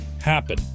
happen